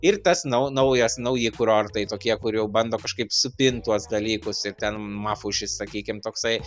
ir tas nau naujas nauji kurortai tokie kur jau bando kažkaip supint tuos dalykus ir ten mafušis sakykim toksai